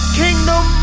kingdom